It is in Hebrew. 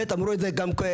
אמרו את זה גם לפניי,